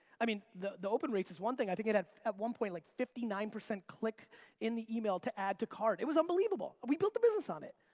i mean the the open rates is one thing. i think it had at one point, like fifty nine percent click in the email to add to cart. it was unbelievable. we built a business on it.